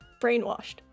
brainwashed